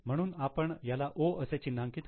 म्हणून आपण त्याला 'O' असे चिन्हांकित करू